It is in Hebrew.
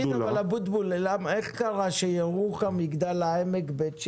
אבוטבול, איך קרה שירוחם, מגדל העמק, בית שמש,